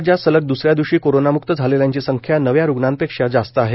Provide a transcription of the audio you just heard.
राज्यात सलग दुसऱ्या दिवशी कोरोनामुक्त झालेल्यांची संख्या नव्या रुग्णांपेक्षा जास्त आहे